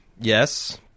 Yes